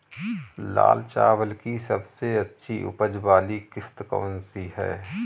लाल चावल की सबसे अच्छी उपज वाली किश्त कौन सी है?